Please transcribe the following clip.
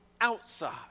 outside